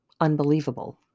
unbelievable